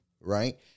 right